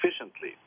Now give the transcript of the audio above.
efficiently